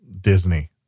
Disney